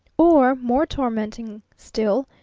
or, more tormenting still,